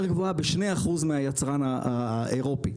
גבוהה ב-2% מהרווחיות של היצרן האירופי,